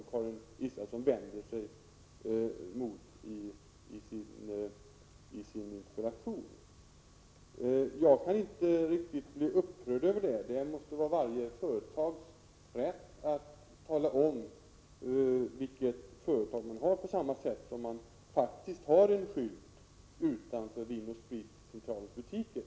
Karin Israelsson vänder sig mot detta i sin interpellation. Jag kan inte bli upprörd över det. Det måste vara varje företags rätt att tala om vilket företag som annonserar, på samma sätt som Systembolaget har en skylt utanför sina butiker.